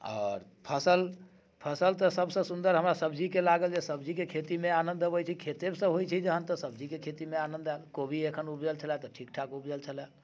आओर फसल फसल तऽ सबसँ सुन्दर हमरा सब्जीके लागल जे सब्जीके खेतीमे आनन्द अबै छै खेते से होइ छै जहन तऽ सब्जीके खेतीमे आनन्द आयल कोबी एखन उपजल छलै ठीक ठाक उपजल छलै